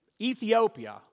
Ethiopia